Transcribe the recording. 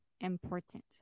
important